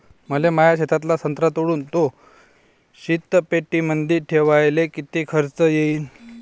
मले माया शेतातला संत्रा तोडून तो शीतपेटीमंदी ठेवायले किती खर्च येईन?